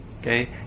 okay